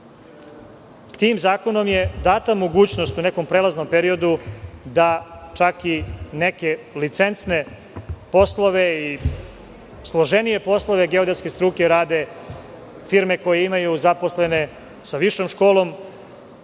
sve. Tim zakonom je data mogućnost u nekom prelaznom periodu da čak i neke licencne poslove i složenije poslove geodetske struke rade firme koje imaju zaposlene sa višom školom.